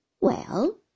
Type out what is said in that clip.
Well